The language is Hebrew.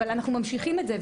אבל אנחנו ממשיכים את זה.